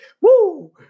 Woo